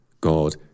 God